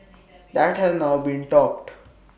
that has now been topped